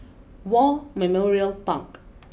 War Memorial Park